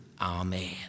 amen